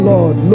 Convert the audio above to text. Lord